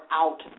out